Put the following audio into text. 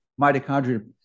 mitochondria